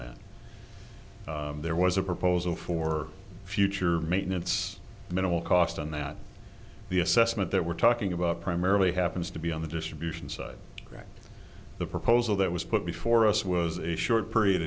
that there was a proposal for future maintenance minimal cost and that the assessment that we're talking about primarily happens to be on the distribution side that the proposal that was put before us was a short period